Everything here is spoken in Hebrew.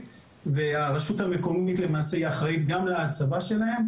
והרשות המקומית למעשה אחראית גם על הצבתם,